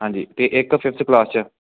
ਹਾਂਜੀ ਅਤੇ ਇੱਕ ਫਿਫਥ ਕਲਾਸ 'ਚ